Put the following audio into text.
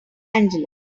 angeles